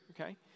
okay